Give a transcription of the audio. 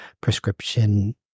prescription